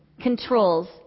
controls